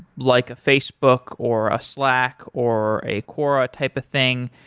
like facebook, or ah slack, or a quora type of thing.